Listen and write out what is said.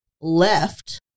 left